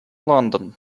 london